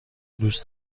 دوست